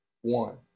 One